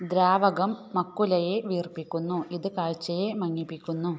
ദ്രാവകം മക്കുലയെ വീർപ്പിക്കുന്നു ഇത് കാഴ്ചയെ മങ്ങിപ്പിക്കുന്നു